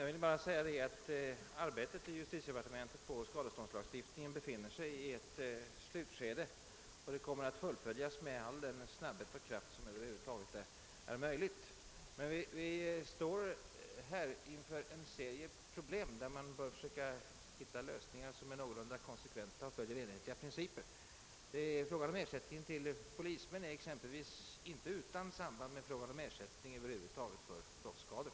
Herr talman! Arbetet i justitiedepartementet på skadeståndslagstiftningens område befinner sig i slutskedet, och det kommer att fullföljas med all möjlig snabbhet och kraft. Men vi står här inför en serie problem, där man bör söka finna lösningar som är någorlunda konsekventa och följer enhetliga principer. Frågan om ersättningen till polismän är exempelvis inte utan samband med frågan om ersättning över huvud taget för brottsskador.